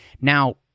Now